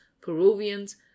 peruvians